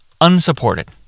unsupported